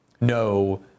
no